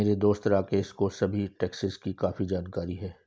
मेरे दोस्त राकेश को सभी टैक्सेस की काफी जानकारी है